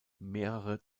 mehrere